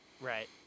right